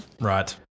right